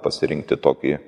pasirinkti tokį